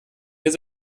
ihr